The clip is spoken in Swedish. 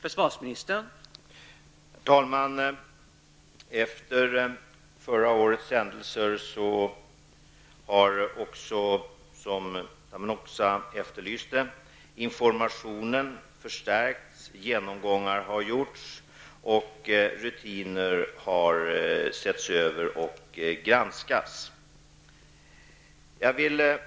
Herr talman! Efter förra årets händelser har, som Genomgångar har gjorts och rutiner har granskats och setts över.